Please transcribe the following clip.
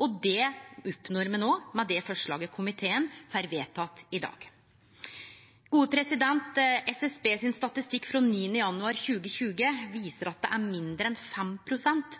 og det oppnår me no, med det forslaget komiteen får vedteke i dag. Statistikk frå SSB frå 9. januar 2020 viser at det er mindre enn